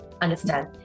understand